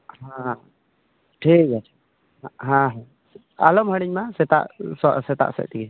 ᱦᱮᱸ ᱴᱷᱤᱠ ᱜᱮᱭᱟ ᱦᱮᱸ ᱦᱮᱸ ᱟᱞᱚᱢ ᱦᱤᱲᱤᱧ ᱢᱟ ᱥᱮᱛᱟᱜ ᱥᱮᱛᱟᱜ ᱥᱮᱫ ᱛᱮᱜᱮ